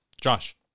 josh